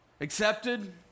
accepted